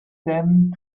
them